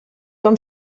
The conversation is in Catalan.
com